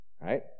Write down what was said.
right